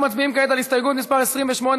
אנחנו מצביעים כעת על הסתייגות מס' 28,